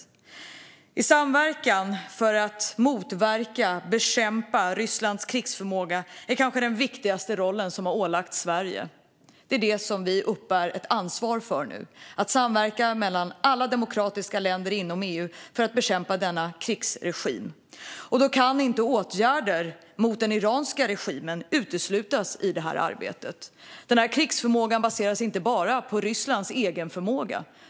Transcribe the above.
Att samverka för att motverka och bekämpa Rysslands krigsförmåga är kanske den viktigaste roll som ålagts Sverige. Det är det som vi bär ett ansvar för nu - att samverka med alla demokratiska länder inom EU för att bekämpa denna krigsregim. Åtgärder mot den iranska regimen kan inte uteslutas i det arbetet. Rysslands krigsförmåga baserar sig inte bara på landets egen förmåga.